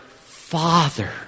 Father